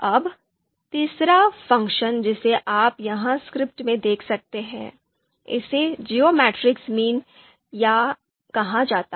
अब तीसरा फ़ंक्शन जिसे आप यहां स्क्रिप्ट में देख सकते हैं इसे Geometric Mean कहा जाता है